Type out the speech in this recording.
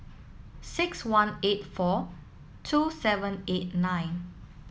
six one eight four two seven eight nine